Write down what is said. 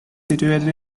situated